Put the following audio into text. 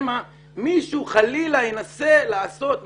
שמא מישהו חלילה ינסה לעשות משהו.